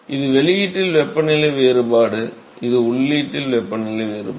இது வெளியீட்டில் வெப்பநிலை வேறுபாடு இது உள்ளீட்டில் வெப்பநிலை வேறுபாடு